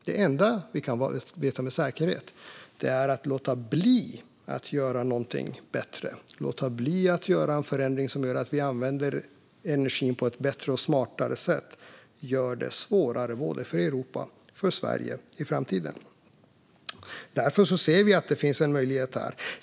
Det enda vi kan veta med säkerhet är att det skulle göra det svårare både för Europa och för Sverige om vi lät bli att göra någonting bättre och lät bli att göra en förändring som innebär att vi använder energin på ett bättre och smartare sätt. Därför ser vi att det finns en möjlighet här.